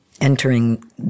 entering